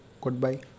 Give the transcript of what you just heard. Goodbye